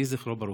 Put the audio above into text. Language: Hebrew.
יהי זכרו ברוך.